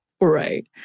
Right